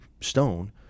stone